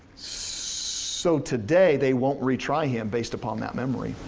so today, they won't retry him based upon that memory.